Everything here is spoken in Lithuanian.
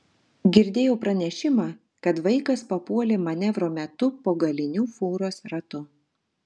girdėjau pranešimą kad vaikas papuolė manevro metu po galiniu fūros ratu